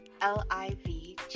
l-i-v